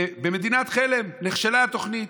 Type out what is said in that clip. ובמדינת חלם נכשלה התוכנית: